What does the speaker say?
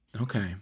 Okay